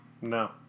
No